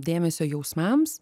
dėmesio jausmams